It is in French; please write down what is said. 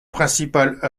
principale